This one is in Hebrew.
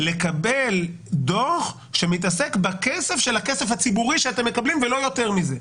לקבל דוח שמתעסק בכסף של הכסף הציבורי שאתם מקבלים ולא יותר מזה.